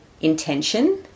intention